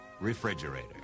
refrigerator